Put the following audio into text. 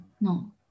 no